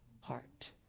heart